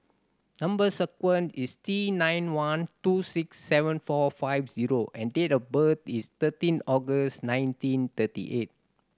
number sequence is T nine one two six seven four five zero and date of birth is thirteen August nineteen thirty eight